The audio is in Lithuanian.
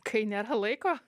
kai nėra laiko